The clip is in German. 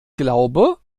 glaube